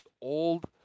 old